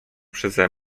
przeze